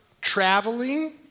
traveling